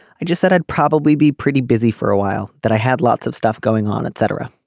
i just said i'd probably be pretty busy for a while that i had lots of stuff going on etc.